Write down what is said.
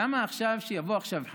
למה שיבוא עכשיו,